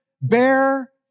bear